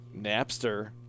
Napster